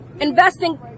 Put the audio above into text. investing